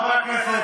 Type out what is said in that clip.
חברי הכנסת,